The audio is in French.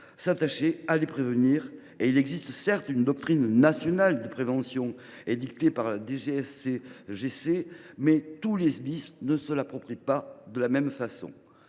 attacher à les prévenir. Il existe certes une doctrine nationale de prévention, éditée par la DGSCGC, mais tous les Sdis ne se l’approprient pas de la même façon.